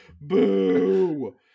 Boo